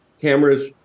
cameras